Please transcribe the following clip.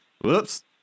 whoops